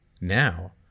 now